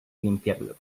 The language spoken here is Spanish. limpiarlo